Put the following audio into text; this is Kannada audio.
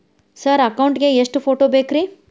ಸರ್ ಅಕೌಂಟ್ ಗೇ ಎಷ್ಟು ಫೋಟೋ ಬೇಕ್ರಿ?